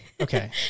Okay